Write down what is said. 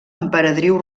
emperadriu